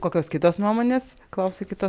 kokios kitos nuomonės klausiu kito